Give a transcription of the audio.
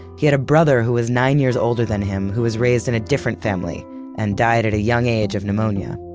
he had a brother who was nine years older than him, who was raised in a different family and died at a young age of pneumonia.